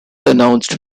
announced